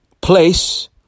Place